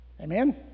Amen